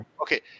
okay